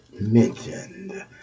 mentioned